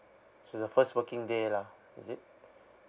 to the first working day lah is it